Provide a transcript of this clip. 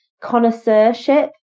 connoisseurship